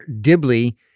Dibley